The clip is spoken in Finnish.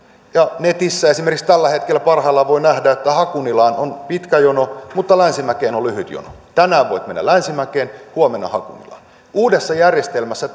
ja netissä esimerkiksi tällä hetkellä parhaillaan voi nähdä että hakunilaan on pitkä jono mutta länsimäkeen on lyhyt jono tänään voit mennä länsimäkeen huomenna hakunilaan uudessa järjestelmässä